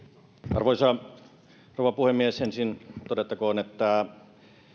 arvoisa rouva puhemies ensin todettakoon että